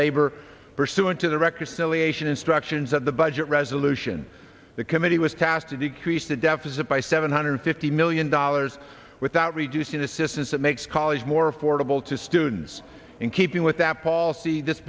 reconciliation instructions of the budget resolution the committee was tasked to decrease the deficit by seven hundred fifty million dollars without reducing assistance that makes college more affordable to students in keeping with that policy this